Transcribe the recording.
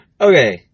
Okay